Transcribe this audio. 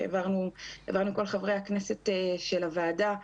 שהעברנו לכל חברי הכנסת של הוועדה,